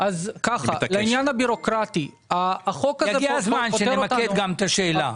יגיע הזמן בו נמקד גם את השאלה.